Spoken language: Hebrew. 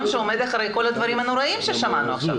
שעומד מאחרי כל הדברים הנוראיים ששמענו עכשיו.